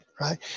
right